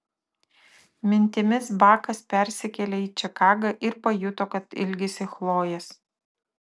mintimis bakas persikėlė į čikagą ir pajuto kad ilgisi chlojės